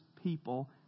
people